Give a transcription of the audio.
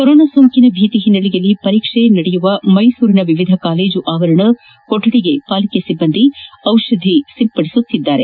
corona ಸೋಂಕಿನ ಭೀತಿಯ ಹಿನ್ನೆಲೆಯಲ್ಲಿ ಪರೀಕ್ಷೆ ನಡೆಯುವ ಮೈಸೂರಿನ ವಿವಿಧ ಕಾಲೇಜು ಆವರಣ ಕೊಠಡಿಗೆ ಪಾಲಿಕೆ ಸಿಬ್ಲಂದಿಗಳು ದಿಷಧಿ ಸಿಂಪಡಿಸುತ್ತಿದ್ದಾರೆ